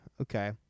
okay